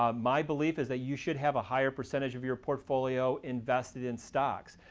um my belief is that you should have a higher percentage of your portfolio invested in stocks.